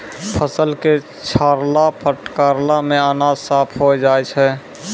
फसल क छाड़ला फटकला सें अनाज साफ होय जाय छै